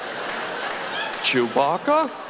Chewbacca